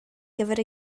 gyfer